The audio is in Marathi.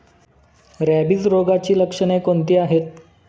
रॅबिज रोगाची लक्षणे कोणती आहेत?